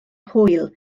hwyl